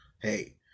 hey